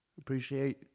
Appreciate